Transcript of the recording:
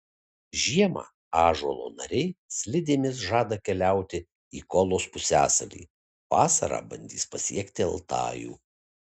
žiemą ąžuolo nariai slidėmis žada keliauti į kolos pusiasalį vasarą bandys pasiekti altajų